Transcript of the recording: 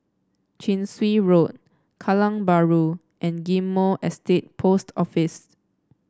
Chin Swee Road Kallang Bahru and Ghim Moh Estate Post Office